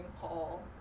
Paul